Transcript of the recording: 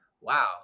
wow